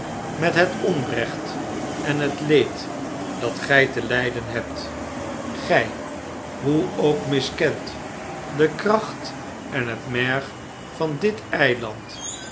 met het onrecht en het leed dat gij te lijden hebt gij hoe ook miskend de kracht en het merg van dit eiland